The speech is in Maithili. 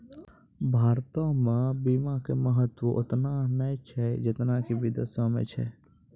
भारतो मे बीमा के महत्व ओतना नै छै जेतना कि विदेशो मे छै